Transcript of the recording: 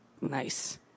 Nice